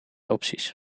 opties